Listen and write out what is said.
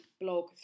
blog